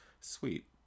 sweet